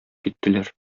киттеләр